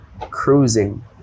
cruising